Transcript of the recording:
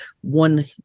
one